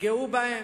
יפגעו בהם,